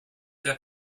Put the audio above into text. their